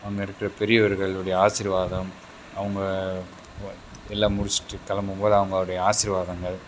அங்கே இருக்கிற பெரியவர்களுடைய ஆசிர்வாதம் அவங்க எல்லாம் முடிச்சுட்டு கிளம்பும்போது அவுங்களுடைய ஆசிர்வாதங்கள்